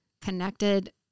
connected